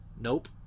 Nope